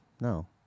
No